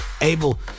able